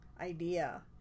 idea